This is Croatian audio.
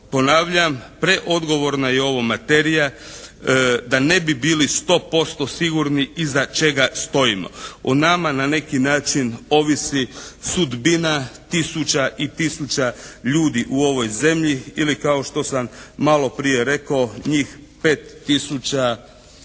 Ponavljam preodgovorna je ovo materija. Da ne bi bili sto posto sigurni iza čega stojimo. O nama na neki način ovisi sudbina tisuća i tisuća ljudi u ovoj zemlji ili kao što sam malo prije rekao njih 5 tisuća